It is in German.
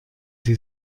sie